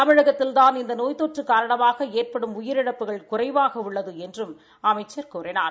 தமிழகத்தில்தான் இந்த நோய் தொற்று காரணமாக ஏறபடும் உயிரிழப்புகள் குறைவாக உள்ளது என்றும் அமைச்சர் கூறினார்